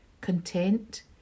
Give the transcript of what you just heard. content